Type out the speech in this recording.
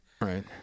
Right